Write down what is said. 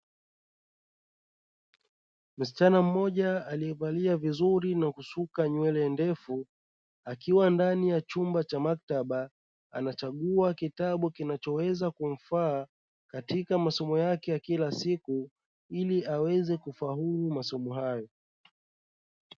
Msichana mmoja aliyevalia vizuri na kusuka nywele ndefu, akiwa ndani ya chumba cha maktaba, anachagua kitabu kinachoweza kumfaa katika masomo yake ya kila siku ili aweze kufaulu masomo hayo.